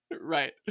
Right